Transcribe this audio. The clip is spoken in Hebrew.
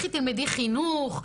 לכי תלמדי חינוך,